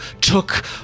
took